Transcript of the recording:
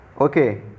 Okay